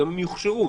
יוכשרו